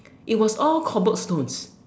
it was all cobblestones